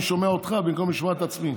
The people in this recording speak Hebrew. ואני שומע אותך במקום לשמוע את עצמי.